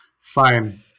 Fine